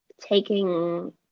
taking